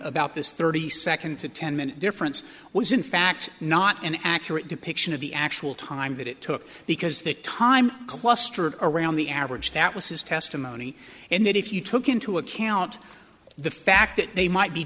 about this thirty second to ten minute difference was in fact not an accurate depiction of the actual time that it took because the time clustered around the average that was his testimony and that if you took into account the fact that they might be